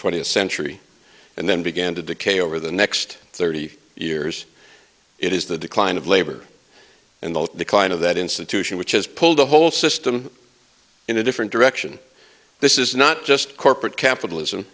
twentieth century and then began to decay over the next thirty years it is the decline of labor and the decline of that institution which has pulled the whole system in a different direction this is not just corporate capitalism